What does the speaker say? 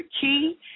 key